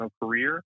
career